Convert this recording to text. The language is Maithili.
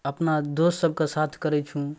अपना दोस्तसभके साथ करै छी